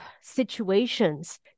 situations